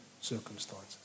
circumstances